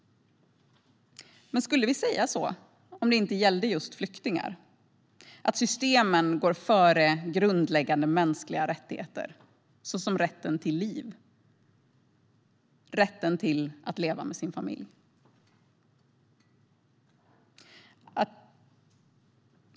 Men skulle vi säga så om det inte gällde just flyktingar? Att systemen går före grundläggande mänskliga rättigheter såsom rätten till liv och rätten att leva med sin familj?